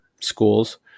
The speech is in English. schools